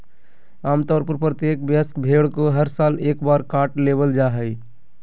आम तौर पर प्रत्येक वयस्क भेड़ को हर साल एक बार काट लेबल जा हइ